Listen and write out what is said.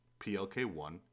PLK1